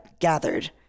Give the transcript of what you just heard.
gathered